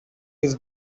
his